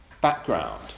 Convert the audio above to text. background